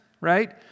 right